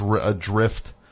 adrift